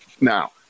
now